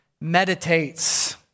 meditates